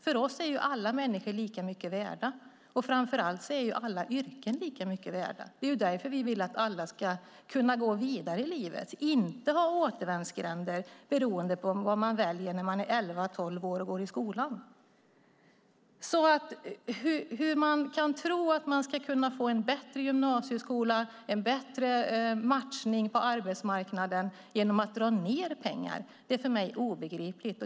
För oss är alla människor lika mycket värda, och framför allt är alla yrken lika mycket värda. Det är ju därför vi vill att alla ska kunna gå vidare i livet, inte ha återvändsgränder beroende på vad man väljer när man är elva tolv år och går i skolan. Hur man kan tro att man ska kunna få en bättre gymnasieskola och en bättre matchning på arbetsmarknaden genom att dra ned på pengar är för mig obegripligt.